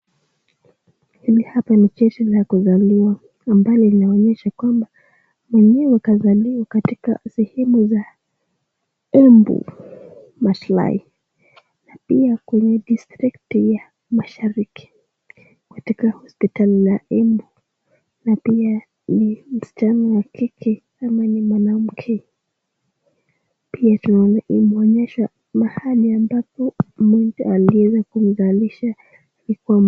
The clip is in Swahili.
Hili hapa ni cheti cha kuzaliwa ambalo linaonyesha kwamba mwenyewe kazaliwa katika sehemu za Embu Mashlali na pia kwenye district ya mashariki katika hospitali la Embu. Na pia ni msichana wa kike ama ni mwanamke. Pia tunaona hii inaonyesha mahali ambapo mtu aliweza kumzaliisha liko wapi.